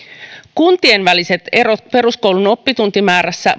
kuntien väliset erot peruskoulun oppituntimäärässä